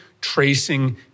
tracing